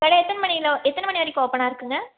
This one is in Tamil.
கடை எத்தனை மணிண எத்தனை மணி வரைக்கும் ஒப்பனாக இருக்கும்ங்க